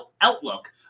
outlook